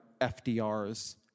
FDR's